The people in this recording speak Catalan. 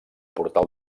portal